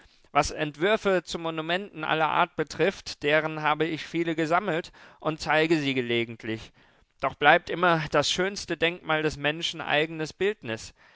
was entwürfe zu monumenten aller art betrifft deren habe ich viele gesammelt und zeige sie gelegentlich doch bleibt immer das schönste denkmal des menschen eigenes bildnis